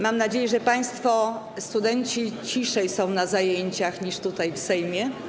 Mam nadzieję, że państwo studenci ciszej są na zajęciach niż tutaj, w Sejmie.